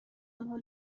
انها